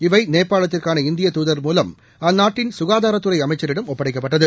இவை நேபாளத்திற்கான இந்திய தூதர் மூலம் அந்நாட்டின் சுகாதாரத்துறை அமைச்சரிடம் ஒப்படைக்கப்பட்டது